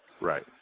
Right